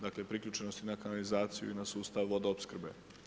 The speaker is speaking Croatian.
Dakle, priključenosti na kanalizaciju i sustav vodoopskrbe.